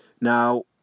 Now